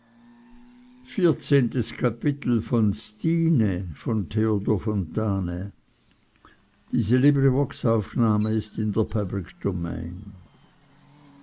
vierzehntes kapitel die